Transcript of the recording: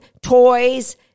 toys